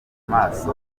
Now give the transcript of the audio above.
maso